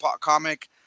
comic